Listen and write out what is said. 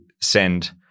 send